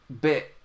bit